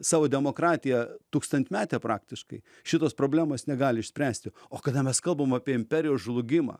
savo demokratija tūkstantmete praktiškai šitos problemos negali išspręsti o kada mes kalbam apie imperijos žlugimą